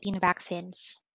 vaccines